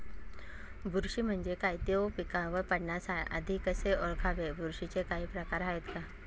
बुरशी म्हणजे काय? तो पिकावर पडण्याआधी कसे ओळखावे? बुरशीचे काही प्रकार आहेत का?